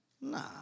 Nah